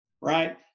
right